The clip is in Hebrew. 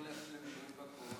גם אסור ללכת למילואים בקורונה.